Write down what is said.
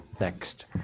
next